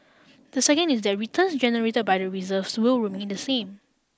the second is that returns generated by the reserves will remain the same